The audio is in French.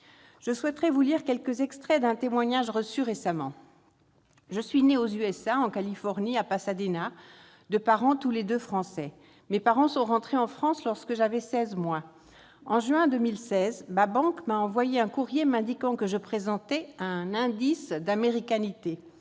Je souhaiterais vous lire quelques extraits d'un témoignage reçu récemment :« Je suis née aux USA, en Californie, à Pasadena, de parents tous les deux Français. [...] Mes parents sont rentrés en France lorsque j'avais 16 mois. [...]« En juin 2016, ma banque m'a envoyé un courrier m'indiquant que je présentais " un indice d'américanité